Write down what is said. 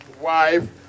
wife